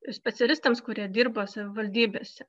specialistams kurie dirba savivaldybėse